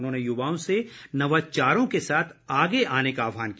उन्होंने युवाओं से नवाचारों के साथ आगे आने का आहवान किया